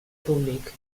públic